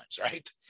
right